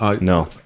No